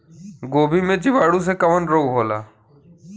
गोभी में जीवाणु से कवन रोग होला?